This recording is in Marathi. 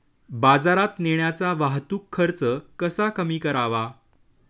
बाजारात नेण्याचा वाहतूक खर्च कसा कमी करावा?